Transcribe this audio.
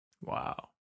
Wow